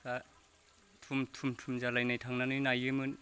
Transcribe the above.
थुम थुम थुम जालायनाय थांनानै नायोमोन